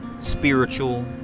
spiritual